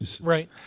Right